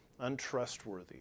untrustworthy